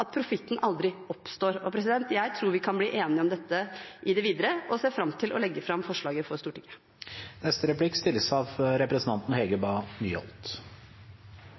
profitten aldri oppstår. Jeg tror vi kan bli enige om dette i det videre og ser fram til å legge fram forslaget for Stortinget. Det store flertallet i Norge, folk flest, ønsker at velferdstilbud som barnehager skal drives av